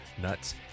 nuts